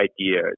idea